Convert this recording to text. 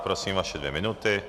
Prosím, vaše dvě minuty.